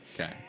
Okay